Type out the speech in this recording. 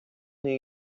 new